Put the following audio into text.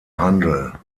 handel